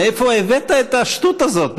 מאיפה הבאת את השטות הזאת?